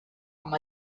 amb